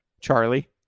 Charlie